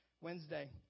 Wednesday